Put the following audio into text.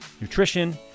nutrition